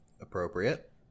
Appropriate